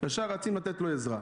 ישר רצים לתת לו עזרה.